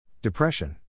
Depression